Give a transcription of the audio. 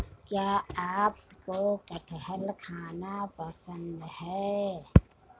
क्या आपको कठहल खाना पसंद है?